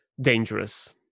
dangerous